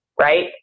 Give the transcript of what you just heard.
right